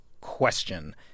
question